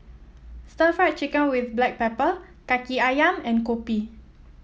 Stir Fried Chicken with Black Pepper kaki ayam and kopi